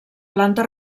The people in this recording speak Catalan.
planta